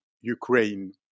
Ukraine